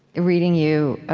reading you,